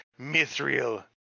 Mithril